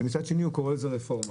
ומצד שני הוא קורא לזה רפורמה.